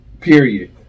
Period